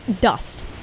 dust